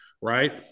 right